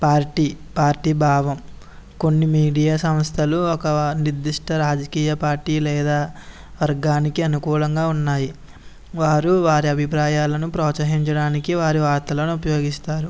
party party భావం కొన్ని media సంస్థలు ఒక నిర్దిష్ట రాజకీయ పార్టీ లేదా వర్గానికి అనుకూలంగా ఉన్నాయి వారు వారి అభిప్రాయాలను ప్రోత్సహించడానికి వారి వార్తలను ఉపయోగిస్తారు